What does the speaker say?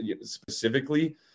specifically